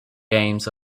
games